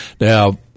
now